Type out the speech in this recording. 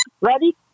Ready